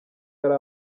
yari